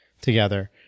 together